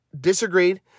disagreed